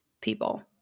people